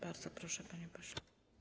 Bardzo proszę, panie pośle.